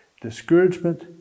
Discouragement